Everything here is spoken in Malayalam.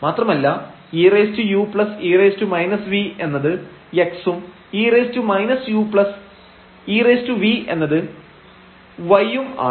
മാത്രമല്ല eue−v എന്നത് x ഉം e−u ev എന്നത് y ഉം ആണ്